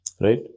right